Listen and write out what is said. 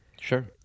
Sure